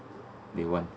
they want